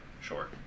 Sure